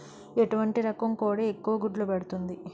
ఎటువంటి రకం కోడి ఎక్కువ గుడ్లు పెడుతోంది?